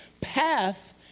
path